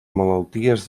malalties